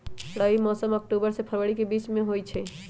रबी मौसम अक्टूबर से फ़रवरी के बीच में होई छई